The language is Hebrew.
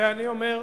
ואני אומר: